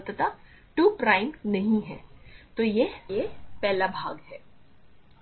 अत 2 प्राइम नहीं है तो यह पहला भाग है